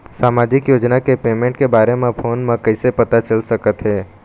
सामाजिक योजना के पेमेंट के बारे म फ़ोन म कइसे पता चल सकत हे?